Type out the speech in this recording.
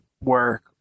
work